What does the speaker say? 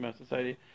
society